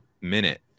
minute